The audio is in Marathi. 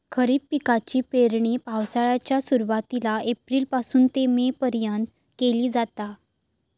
खरीप पिकाची पेरणी पावसाळ्याच्या सुरुवातीला एप्रिल पासून ते मे पर्यंत केली जाता